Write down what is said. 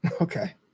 Okay